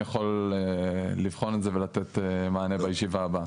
אני יכול לבחון את זה ולתת מענה בישיבה הבאה.